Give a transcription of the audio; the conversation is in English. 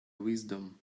wisdom